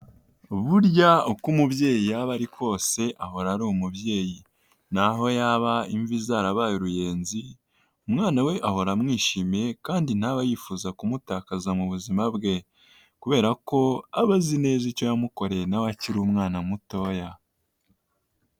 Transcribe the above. Burya uko umubyeyi yaba ari kose ahora ari umubyeyi naho yaba imvi zarabaye uruyenzi, umwana we ahora amwishimiye kandi ntaba yifuza kumutakaza mu buzima bwe, kubera ko aba azi neza icyo yamukoreye nawe akiri umwana mutoya.